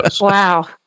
Wow